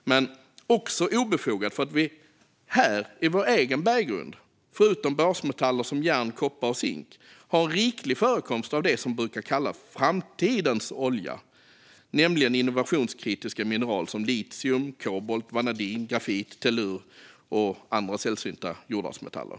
Den är obefogad också för att vi här i vår egen berggrund förutom basmetaller som järn, koppar och zink har en riklig förekomst av det som brukar kallas framtidens olja, nämligen innovationskritiska mineral som litium, kobolt, vanadin, grafit, tellur och andra sällsynta jordartsmetaller.